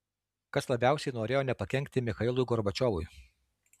kas labiausiai norėjo nepakenkti michailui gorbačiovui